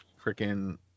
freaking